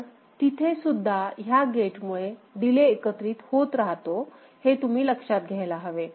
पण तिथे सुद्धा ह्या गेट मुळे डीले एकत्रित होत राहतो हे तुम्ही लक्षात घ्यायला हवे